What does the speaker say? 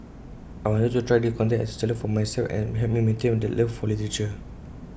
I wanted to try this contest as A challenge for myself and to help me maintain that love for literature